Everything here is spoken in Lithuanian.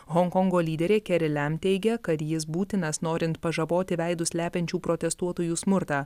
honkongo lyderė keri lem teigia kad jis būtinas norint pažaboti veidus slepiančių protestuotojų smurtą